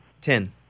Ten